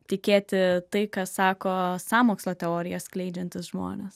tikėti tai ką sako sąmokslo teorijas skleidžiantys žmonės